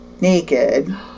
naked